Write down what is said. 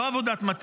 לא עבודת מטה,